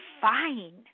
fine